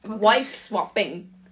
wife-swapping